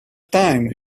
time